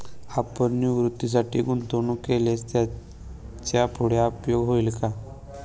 आपण निवृत्तीसाठी गुंतवणूक केल्यास त्याचा पुढे उपयोग होईल